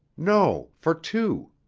no, for two.